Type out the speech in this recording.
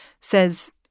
says